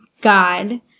God